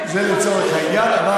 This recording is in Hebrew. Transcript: זה לצורך העניין.